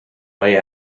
way